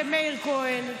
זה מאיר כהן,